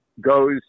goes